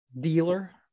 dealer